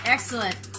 Excellent